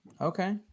okay